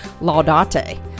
Laudate